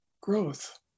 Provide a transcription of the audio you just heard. growth